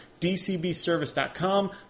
DCBService.com